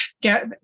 Get